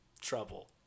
trouble